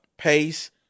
pace